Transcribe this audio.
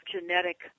genetic